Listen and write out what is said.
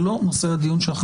זה לא נושא הדיון היום.